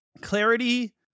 clarity